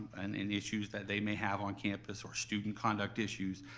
and and issues that they may have on campus or student conduct issues,